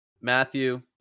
Matthew